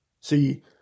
See